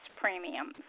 premiums